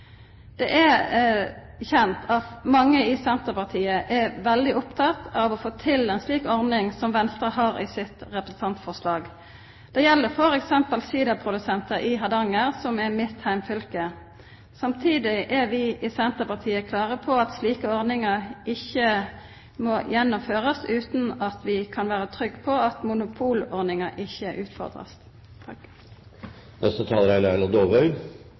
Det er kjent at mange i Senterpartiet er veldig opptatt av å få til en slik ordning som Venstre foreslår i sitt representantforslag. Det gjelder f.eks. siderprodusenter i Hardanger, som ligger i mitt hjemfylke. Samtidig er vi i Senterpartiet klare på at slike ordninger ikke må gjennomføres uten at vi kan være trygge på at monopolordningen ikke utfordres. Kristelig Folkeparti stiller seg bak det som er